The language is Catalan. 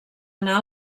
anar